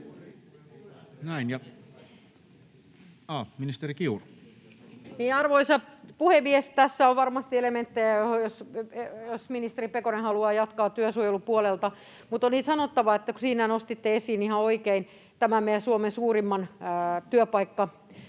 Arvoisa puhemies! Tässä on varmasti elementtejä, jos ministeri Pekonen haluaa jatkaa työsuojelun puolelta, mutta oli sanottava, kun nostitte esiin ihan oikein tämän meidän Suomen suurimman